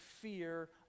fear